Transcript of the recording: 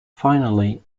finally